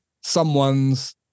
someone's